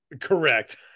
correct